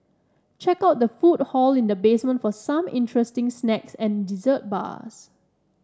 check out the food hall in the basement for some interesting snacks and dessert bars